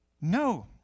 No